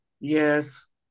Yes